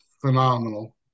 phenomenal